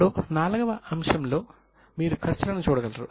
అప్పుడు IV అంశం లో మీరు ఖర్చులను చూడగలరు